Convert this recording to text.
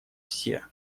все